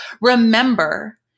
remember